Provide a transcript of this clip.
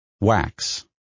wax